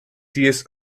ties